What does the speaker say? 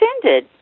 offended